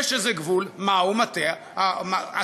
יש איזה גבול מהי מוטת השליטה,